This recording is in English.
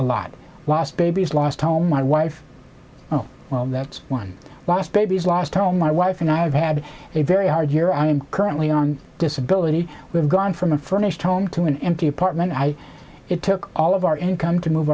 a lot last baby's last home my wife oh well that's one last baby's last home my wife and i have had a very hard year i'm currently on disability we've gone from a furnished home to an empty apartment i it took all of our income to move